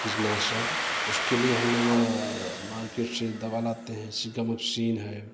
कीटनाशक तो उसके लिए हम लोग मार्केट से दवा लाते हैं उसी का मशीन है